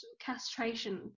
castration